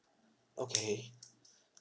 okay